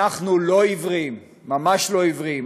אנחנו לא עיוורים, ממש לא עיוורים.